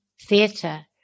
theatre